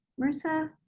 marissa?